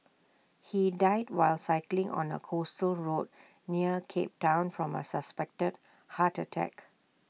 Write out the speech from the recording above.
he died while cycling on A coastal road near cape Town from A suspected heart attack